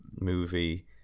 movie